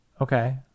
Okay